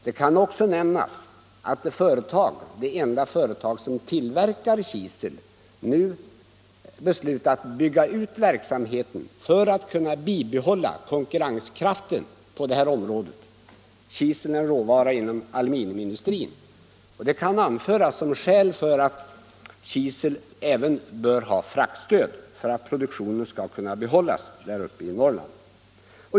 Det kan också nämnas att det enda företag som tillverkar kisel nu beslutat bygga ut verksamheten för att kunna bibehålla sin konkurrenskraft på detta område. Kisel är en råvara inom aluminiumindustrin. Kisel bör alltså ha fraktstöd också för att produktionen skall kunna behållas uppe i Norrland.